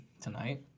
tonight